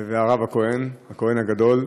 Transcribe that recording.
והרב הכהן, הכהן הגדול.